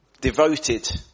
Devoted